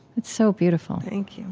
it's so beautiful thank you